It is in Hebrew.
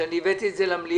אני הבאתי את זה למליאה,